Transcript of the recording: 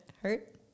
hurt